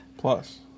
Plus